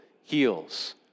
heals